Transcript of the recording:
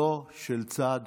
לא של צד